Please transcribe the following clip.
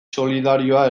solidarioa